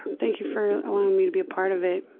thank you for allowing me to be a part of it.